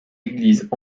églises